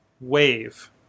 wave